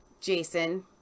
Jason